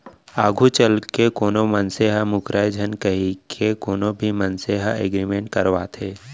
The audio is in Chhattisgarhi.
आघू चलके कोनो मनसे ह मूकरय झन कहिके कोनो भी मनसे ह एग्रीमेंट करवाथे